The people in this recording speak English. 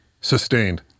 Sustained